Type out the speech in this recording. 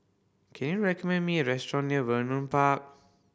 can you recommend me a restaurant near Vernon Park